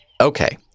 Okay